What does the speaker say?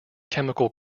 chemical